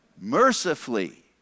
mercifully